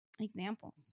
examples